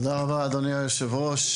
תודה רבה, אדוני היו"ר.